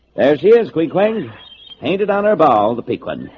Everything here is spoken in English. there's here's queequeg painted on her bald peak when